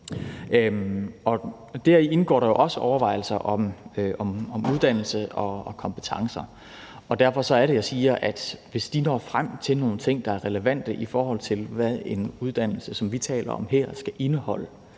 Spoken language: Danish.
deri indgår jo også overvejelser om uddannelse og kompetencer, og derfor er det, jeg siger, at hvis de når frem til nogle ting, der er relevante, i forhold til hvad en uddannelse, som vi taler om her, skal indeholde,